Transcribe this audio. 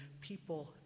people